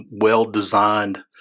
well-designed